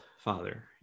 Father